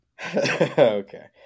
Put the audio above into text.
okay